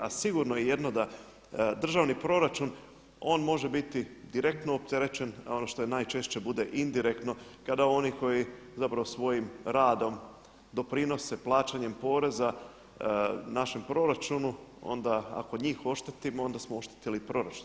A sigurno je jedno da državni proračun, on može biti direktno opterećen a ono što je najčešće bude indirektno kada oni koji zapravo svojim radom doprinose plaćanjem poreza našem proračunu onda ako njih oštetimo onda smo oštetili proračun.